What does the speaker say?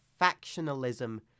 factionalism